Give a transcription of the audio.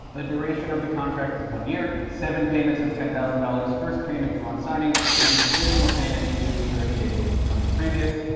the duration of the contract is one year, seven payments of ten thousand dollars, first payment due on signing, with each additional payment due thirty days from the previous.